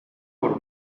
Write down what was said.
por